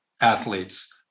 athletes